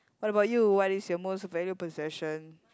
what about you what is your most valued possession